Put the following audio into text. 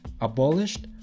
abolished